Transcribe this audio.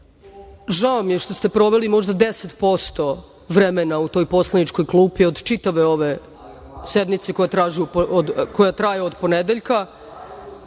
mi je što ste proveli 10% vremena u toj poslaničkoj klupi od čitave ove sednice koja traje od ponedeljka.